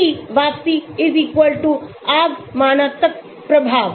ई वापसी आगमनात्मक प्रभाव